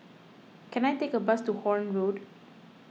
can I take a bus to Horne Road